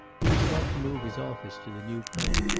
he was about to move his office to the new plant,